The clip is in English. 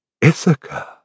Ithaca